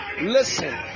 Listen